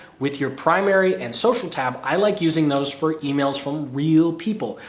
with your primary and social tab, i like using those for emails from real people.